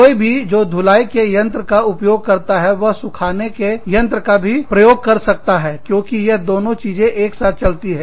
कोई भी जो धुलाई के यंत्र का उपयोग करता है वह सुखाने के यंत्र का भी प्रयोग कर सकता है क्योंकि यह दोनों चीजें एक साथ चलती है